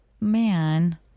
man